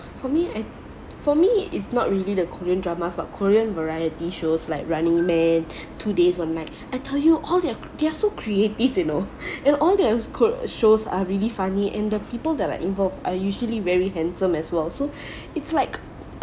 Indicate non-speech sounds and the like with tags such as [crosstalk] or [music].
for me I for me it's not really the korean dramas but korean variety shows like running man two days one night I tell you all their they are so creative you know in all their ko~ shows are really funny and the people that are involved are usually very handsome as well so [breath] it's like